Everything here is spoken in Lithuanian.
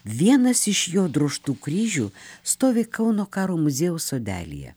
vienas iš jo drožtų kryžių stovi kauno karo muziejaus sodelyje